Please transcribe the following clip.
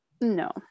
No